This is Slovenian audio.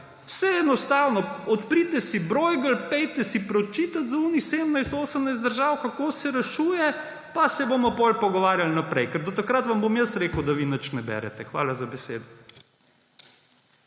je enostavno, odprite si Bruegel, preberite za tistih 17, 18 držav, kako se rešuje, pa se bomo potem pogovarjali naprej. Ker do takrat vam bom jaz rekel, da vi nič ne berete. Hvala za besedo.